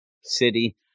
city